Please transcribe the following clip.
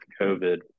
COVID